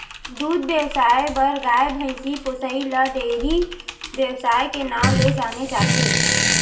दूद बेवसाय बर गाय, भइसी पोसइ ल डेयरी बेवसाय के नांव ले जाने जाथे